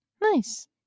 nice